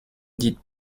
dite